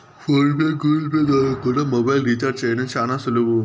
phone pay, Google Pay ద్వారా కూడా mobile recharge చేయడం శానా సులువు